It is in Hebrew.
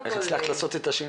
איך הצלחת לעשות את השינוי?